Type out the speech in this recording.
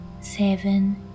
seven